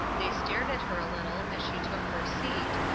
they stared at her a little as she took her seat,